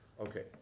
Okay